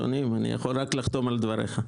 כל עוד הכללים נוגעים לניתוק,